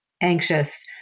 anxious